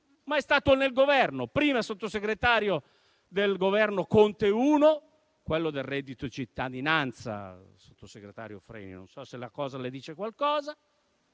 ma è stato nel Governo prima come Sottosegretario del Governo Conte 1 - quello del reddito di cittadinanza, sottosegretario Freni, non so se questo le dice qualcosa